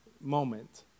moment